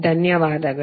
ಧನ್ಯವಾದಗಳು